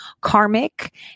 karmic